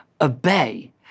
obey